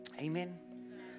Amen